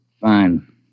Fine